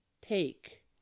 take